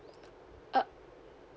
uh